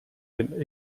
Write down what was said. den